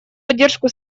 поддержку